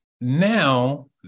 Now